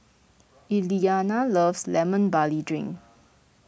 Elianna loves Lemon Barley Drink